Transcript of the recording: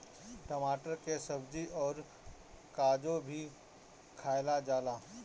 टमाटर के सब्जी अउर काचो भी खाएला जाला